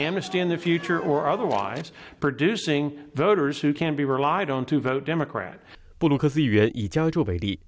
amnesty in the future or otherwise producing voters who can be relied on to vote democrat because the